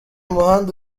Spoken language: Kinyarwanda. muhanda